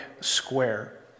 square